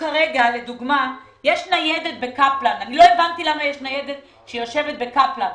לא הבנתי למה יש ניידת שיושבת בקפלן.